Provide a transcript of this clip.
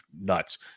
nuts